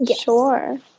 Sure